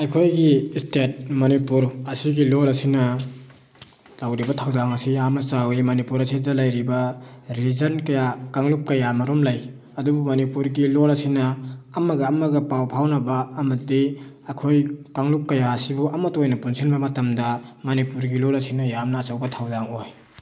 ꯑꯩꯈꯣꯏꯒꯤ ꯏꯁꯇꯦꯠ ꯃꯅꯤꯄꯨꯔ ꯑꯁꯤꯒꯤ ꯂꯣꯟ ꯑꯁꯤꯅ ꯇꯧꯔꯤꯕ ꯊꯧꯗꯥꯡ ꯑꯁꯤ ꯌꯥꯝꯅ ꯆꯥꯎꯋꯤ ꯃꯅꯤꯄꯨꯔ ꯑꯁꯤꯗ ꯂꯩꯔꯤꯕ ꯔꯤꯂꯤꯖꯟ ꯀꯌꯥ ꯀꯥꯡꯂꯨꯞ ꯀꯌꯥꯃꯔꯨꯝ ꯂꯩ ꯑꯗꯨꯕꯨ ꯃꯅꯤꯄꯨꯔꯒꯤ ꯂꯣꯟ ꯑꯁꯤꯅ ꯑꯃꯒ ꯑꯃꯒ ꯄꯥꯎ ꯐꯥꯎꯅꯕ ꯑꯃꯗꯤ ꯑꯩꯈꯣꯏ ꯀꯥꯡꯂꯨꯞ ꯀꯌꯥ ꯑꯁꯤꯕꯨ ꯑꯃꯠꯇ ꯑꯣꯏꯅ ꯄꯨꯟꯁꯤꯟꯕ ꯃꯇꯝꯗ ꯃꯅꯤꯄꯨꯔꯤꯒꯤ ꯂꯣꯟ ꯑꯁꯤꯅ ꯌꯥꯝꯅ ꯑꯆꯧꯕ ꯊꯧꯗꯥꯡ ꯑꯣꯏ